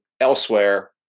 elsewhere